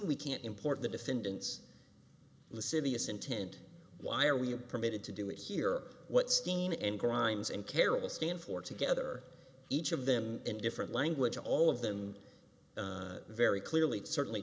we can't import the defendant's lascivious intent why are we a permitted to do it here what steam and grimes and carol stand for together each of them in different language all of them very clearly and certainly